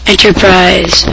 Enterprise